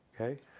okay